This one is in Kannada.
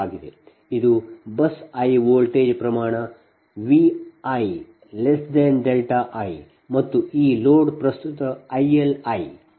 ಇದು ಬಸ್ iಐ ವೋಲ್ಟೇಜ್ ವೋಲ್ಟೇಜ್ ಪ್ರಮಾಣ | Viವಿ ಐ | Load i ಮತ್ತು ಈ ಲೋಡ್ ಮೂಲಕ ಪ್ರಸ್ತುತ IL i